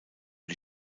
die